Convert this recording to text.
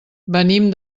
venim